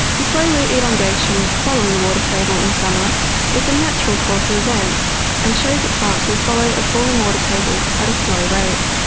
the slow root elongation following the water table in summer is a natural course of events and shows that plans will follow a falling water table at a slow rate.